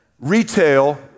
retail